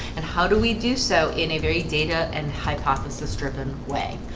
and how do we do so in a very data and hypothesis driven way?